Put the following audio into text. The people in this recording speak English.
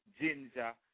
Ginger